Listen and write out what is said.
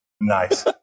nice